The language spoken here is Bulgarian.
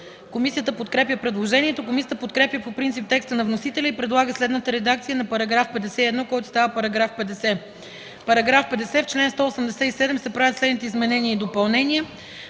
Комисията подкрепя предложението. Комисията подкрепя по принцип текста на вносителя и предлага следната редакция на § 64, който става § 67: „§ 67. В чл. 213 се правят следните изменения и допълнения: